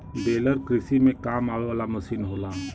baler कृषि में काम आवे वाला मसीन होला